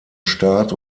start